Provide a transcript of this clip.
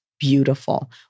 beautiful